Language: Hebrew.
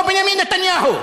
או בנימין נתניהו?